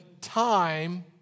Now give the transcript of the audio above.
time